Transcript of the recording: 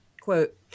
quote